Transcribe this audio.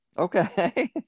Okay